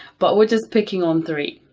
but we're just picking on three